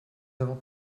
avons